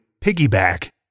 Piggyback